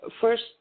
first